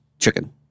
chicken